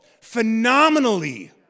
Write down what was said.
phenomenally